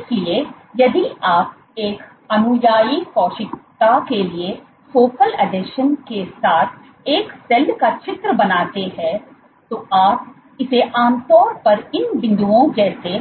इसलिए यदि आप एक अनुयायी कोशिका के लिए फोकल आसंजन के साथ एक सेल का चित्र बनाते हैं तो आप इसे आमतौर पर इन बिंदुओं जैसे